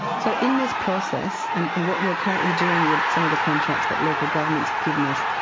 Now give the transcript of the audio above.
so in this process, and what we are currently doing with some of the contracts that local governments have given us,